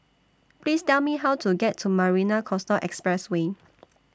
Please Tell Me How to get to Marina Coastal Expressway